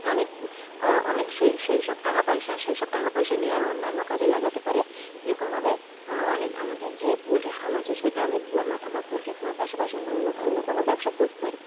অনেক আর অনেক সেই সেইসব টাকা পয়সা সেইসব টাকা পয়সা নিয়ে আরও অন্যান্য কাজে লাগাতে পারে এরকমভাবে আরও অনেক আমাদের যে পোলট্রি ফার্ম আছে সেটা আমি আমার আমার পোলট্রি ফার্মের পাশাপাশি আমি অন্য অন্য কোনো ব্যবসা করতে পারি